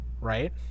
Right